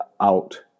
out